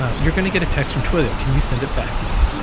you're gonna get text from twilio. can you send it back to me?